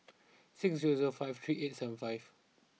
six zero zero five three eight seven five